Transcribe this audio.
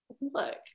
Look